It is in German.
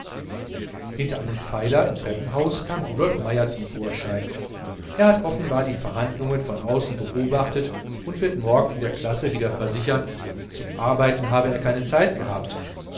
hinter einem pfeiler im treppenhaus kam rudolf meier zum vorschein er hat offenbar die verhandlungen von außen beobachtet und wird morgen in der klasse wieder versichern zum arbeiten habe er keine zeit gehabt